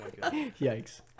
Yikes